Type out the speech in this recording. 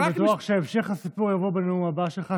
אני בטוח שהמשך הסיפור יבוא בנאום הבא שלך,